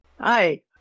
Hi